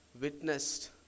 witnessed